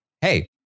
hey